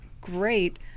great